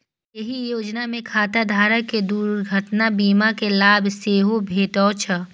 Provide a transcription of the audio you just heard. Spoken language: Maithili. एहि योजना मे खाता धारक कें दुर्घटना बीमा के लाभ सेहो भेटै छै